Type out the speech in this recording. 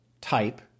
type